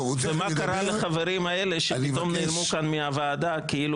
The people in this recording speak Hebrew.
ומה קרה לחברים האלה שפתאום נעלמו כאן מהוועדה כאילו